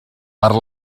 per